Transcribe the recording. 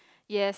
yes